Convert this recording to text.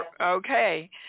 okay